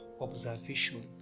observation